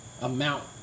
amount